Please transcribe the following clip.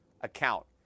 account